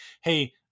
hey